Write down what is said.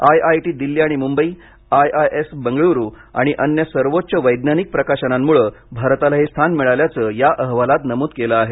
IIT Delhi आणि Mumbai IIS Bengaluru आणि अन्य सर्वोच्च वैज्ञानिक प्रकाशनांमुळे भारताला हे स्थान मिळाल्याचं या अहवालात नमूद केलं आहे